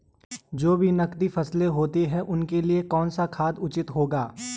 जो भी नकदी फसलें होती हैं उनके लिए कौन सा खाद उचित होगा?